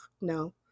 no